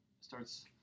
starts